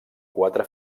quatre